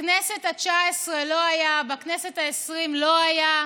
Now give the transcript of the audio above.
בכנסת התשע-עשרה לא היה, בכנסת העשרים לא היה.